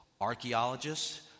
archaeologists